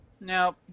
Now